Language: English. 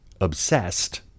obsessed